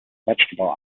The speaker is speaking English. vegetable